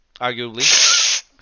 Arguably